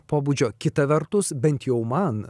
pobūdžio kita vertus bent jau man